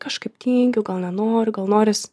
kažkaip tingiu gal nenoriu gal noris